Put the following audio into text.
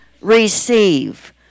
receive